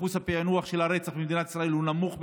אחוז הפיענוח של רצח במדינת ישראל הוא נמוך ביותר,